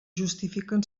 justifiquen